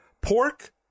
pork